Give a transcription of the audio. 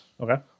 Okay